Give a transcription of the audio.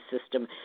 system